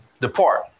depart